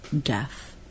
death